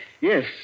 Yes